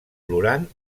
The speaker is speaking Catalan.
plorant